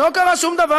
לא קרה שום דבר.